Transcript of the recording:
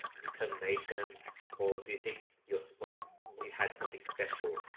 determination or do you think your supply you had something special?